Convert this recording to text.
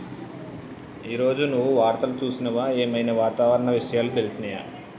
ఈ రోజు నువ్వు వార్తలు చూసినవా? ఏం ఐనా వాతావరణ విషయాలు తెలిసినయా?